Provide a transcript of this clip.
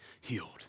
healed